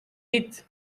vite